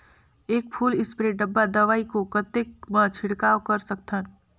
एक full spray डब्बा दवाई को कतेक म छिड़काव कर सकथन?